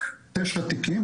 רק תשעה תיקים,